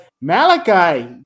Malachi